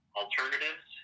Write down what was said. alternatives